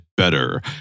better